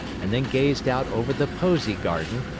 and then gazed out over the posy garden,